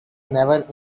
never